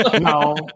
No